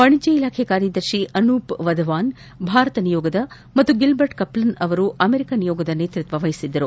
ವಾಣಿಜ್ಯ ಇಲಾಖೆ ಕಾರ್ಯದರ್ಶಿ ಅನೂಪ್ ವಧ್ವಾನ್ ಭಾರತ ನಿಯೋಗದ ಹಾಗೂ ಗಿಲ್ಜರ್ಟ್ ಕಪ್ಲನ್ ಅವರು ಅಮೆರಿಕ ನಿಯೋಗದ ನೇತೃತ್ವ ವಹಿಸಿದ್ದರು